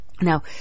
Now